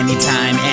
Anytime